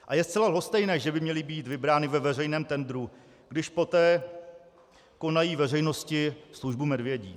A je zcela lhostejné, že by měly být vybrány ve veřejném tendru, když poté konají veřejnosti službu medvědí.